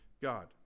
God